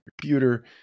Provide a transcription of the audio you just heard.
computer